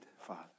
Father